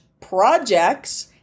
projects